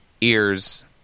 ears